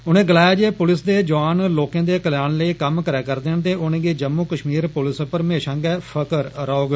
उनें गलाया जे पुलस दे जवान लोकें दे कल्याण लेई कैम्म करा'रदे न ते उनेंगी जम्मू कष्मीर पुलस उप्पर म्हेषा गै फखर रौहंग